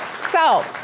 so.